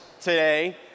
today